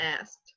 asked